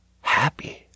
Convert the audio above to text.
happy